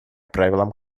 правилом